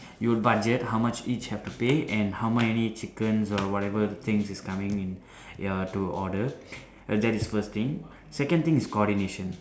you would budget how much each have to pay and how many chickens or whatever the things is coming in ya to order that is first thing second thing is coordination